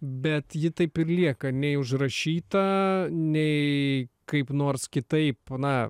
bet ji taip ir lieka nei užrašyta nei kaip nors kitaip na